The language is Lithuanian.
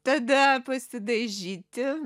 tada pasidažyti